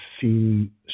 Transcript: seen